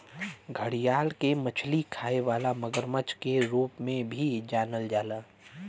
घड़ियाल के मछली खाए वाला मगरमच्छ के रूप में भी जानल जाला